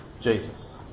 Jesus